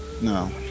No